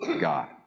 God